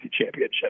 championship